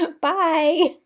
Bye